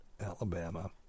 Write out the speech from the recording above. Alabama